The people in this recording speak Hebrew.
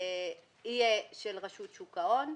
יהיה של רשות שוק ההון.